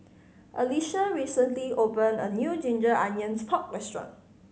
Alycia recently opened a new ginger onions pork restaurant